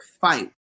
fight